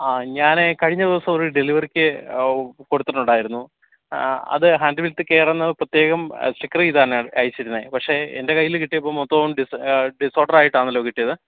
ആ ഞാനേ കഴിഞ്ഞ ദിവസം ഒരു ഡെലിവറിക്ക് കൊടുത്തിട്ടുണ്ടായിരുന്നു അത് ഹാൻഡിൽ വിത്ത് കെയർ എന്നത് പ്രത്യേകം സ്റ്റിക്കർ ചെയ്താണെ അയച്ചിരുന്നത് പക്ഷെ എൻ്റെ കയ്യിൽ കിട്ടിയപ്പോൾ മൊത്തവും ഡിസോർഡർ ആയിട്ടാണല്ലോ കിട്ടിയത്